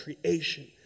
creation